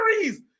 series